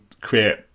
create